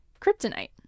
kryptonite